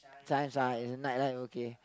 Chijmes ah is nightlife okay